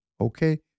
okay